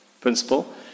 principle